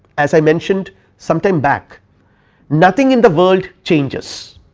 as i mentioned sometime back nothing in the world changes,